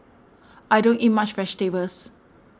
I don't eat much vegetables